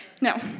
No